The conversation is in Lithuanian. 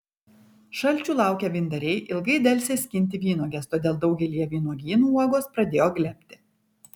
šalčių laukę vyndariai ilgai delsė skinti vynuoges todėl daugelyje vynuogynų uogos pradėjo glebti